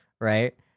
right